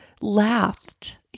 laughed